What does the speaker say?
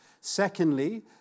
Secondly